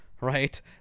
right